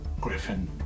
Griffin